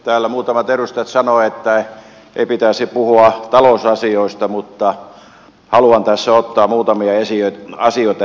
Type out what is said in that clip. täällä muutamat edustajat sanovat että ei pitäisi puhua talousasioista mutta haluan tässä ottaa muutamia asioita esille